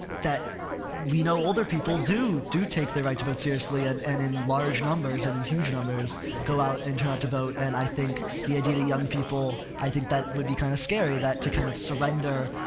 that we know older people do, do take their right to vote seriously and, and in large numbers and in huge numbers go out and turn out to vote and i think the idea that young people, i think that would be kind of scary that to kind of surrender,